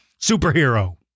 superhero